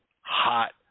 hot